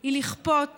הוא לכפות